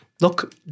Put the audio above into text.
look